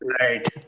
Right